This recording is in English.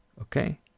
Okay